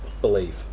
Believe